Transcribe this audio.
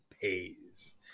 pays